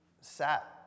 sat